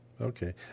okay